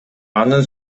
анын